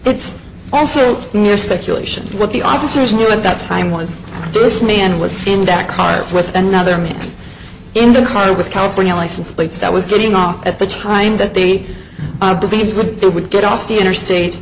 that's also mere speculation what the officers knew at that time was this man was in that car with another man in the car with california license plates that was getting off at the time that the beef with the would get off the interstate